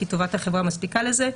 כי טובת החברה מספיקה לזה,